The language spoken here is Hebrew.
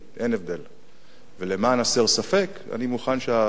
ולמען הסר ספק, אני מוכן שהנושא יידון בוועדה.